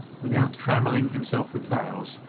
without trammelling himself with vows,